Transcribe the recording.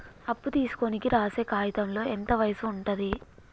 అప్పు తీసుకోనికి రాసే కాయితంలో ఎంత వయసు ఉంటది?